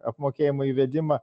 apmokėjimo įvedimą